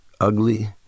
Ugly